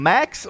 Max